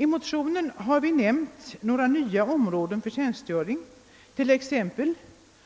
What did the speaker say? I motionerna har nämnts några nya områden för tjänstgöring, t.ex.